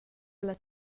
ella